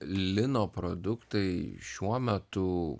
lino produktai šiuo metu